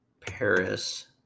Paris